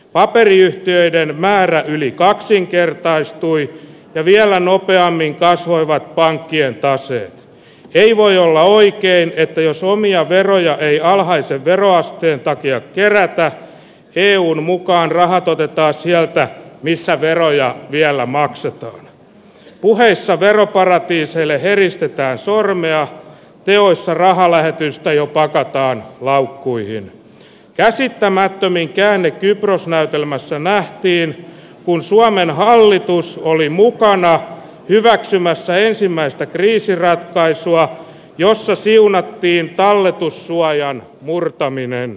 paperiyhtiöiden määrä yli kaksinkertaistui ja vielä nopeammin kasvoivat pankkien tase ei voi olla oikein että jos suomi ja veroja ei alhaisen veroasteen takia kierrättää eun mukaan rahat otetaan sieltä missä veroja vielä maksetaan puheissa veroparatiiselle eristetään sormia joissa rahalähetystä jopa kättään laukkuihin käsittämättömiin käänne kypros näytelmässä nähtiin kun suomen hallitus oli mukana hyväksymässä ensimmäistä kriisin ratkaisua jossa siunattiin talletussuojan murtaminen